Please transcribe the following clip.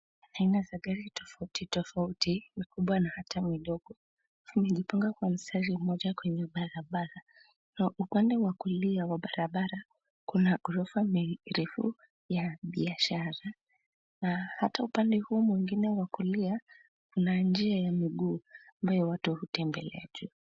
Aina za gari tofauti tofauti mikubwa na hata midogo zimejipanga kwa mstari mmoja kwenye barabara na upande wa kulia wa barabara kuna ghorofa mbili refu ya biasahara na hata upande huu mwingine wa kulia kuna njia ya miguu ambayo watu hutembelea juu.